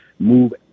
move